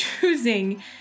choosing